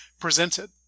presented